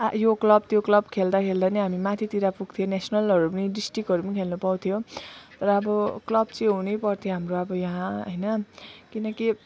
यो क्लब त्यो क्लब खेल्दा खेल्दा पनि हामी माथितिर पुग्थ्यो नेसनलहरू पनि डिस्ट्रिक्टहरू खेल्नु पाउँथ्यो तर अब क्लब चाहिँ हुनु पर्थ्यो हाम्रो अब यहाँ होइन किनकि